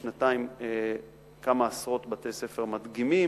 כמה עשרות בתי-ספר מדגימים.